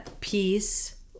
peace